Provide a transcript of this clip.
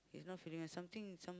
he is not feeling well something some~